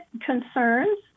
concerns